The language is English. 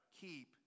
Keep